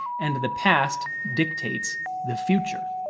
and the past dictates the future.